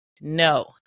No